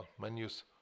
menus